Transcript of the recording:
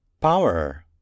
Power